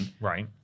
Right